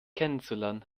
kennenzulernen